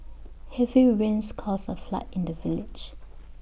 heavy rains caused A flood in the village